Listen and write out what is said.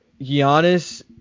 Giannis